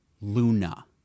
Luna